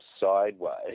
sideways